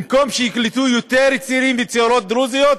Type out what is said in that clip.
במקום שייקלטו יותר צעירים וצעירות דרוזים,